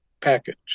package